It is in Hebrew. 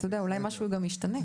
אתה יודע אולי משהו גם ישתנה.